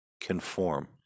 conform